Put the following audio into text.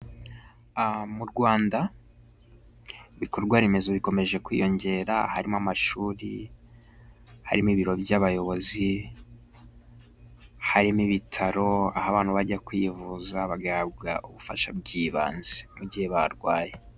Mu Rwanda ibikorwaremezo bikomeje kwiyongera. Harimo amashuri, harimo ibiro by'abayobozi, harimo ibitaro, aho abana bajya kwivuza bagahabwa ubufasha bw'ibanze n'igihe barwaye.